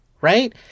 right